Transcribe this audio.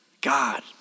God